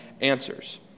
answers